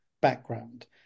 background